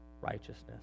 righteousness